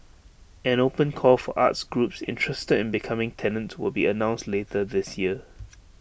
an open call for arts groups interested in becoming tenants will be announced later this year